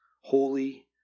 holy